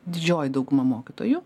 didžioji dauguma mokytojų